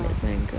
ah